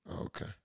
Okay